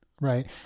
Right